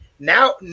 Now